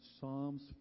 Psalms